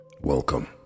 welcome